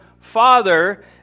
father